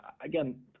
again